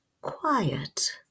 quiet